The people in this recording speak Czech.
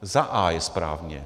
Za a) je správně.